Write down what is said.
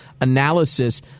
analysis